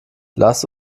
lasst